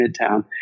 Midtown